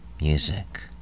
music